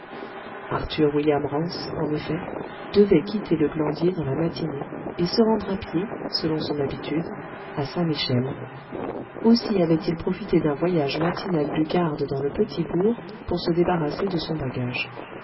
arthur william rance en effet devait quitter le glandier dans la matinée et se rendre à pied selon son habitude à saint-michel aussi avait-il profité d'un voyage matinal du garde dans le petit bourg pour se débarrasser de son bagage